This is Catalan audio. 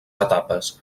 etapes